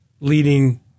leading